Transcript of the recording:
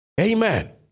Amen